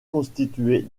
constitué